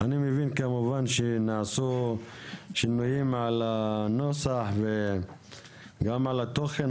אני מבין שנעשו שינויים על הנוסח וגם על התוכן,